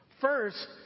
First